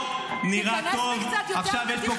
תיכנס בי קצת יותר בתחכום.